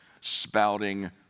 spouting